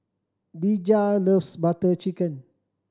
Dejah loves Butter Chicken